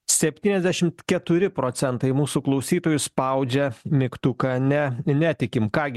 septyniasdešim keturi procentai mūsų klausytojų spaudžia mygtuką ne netikim ką gi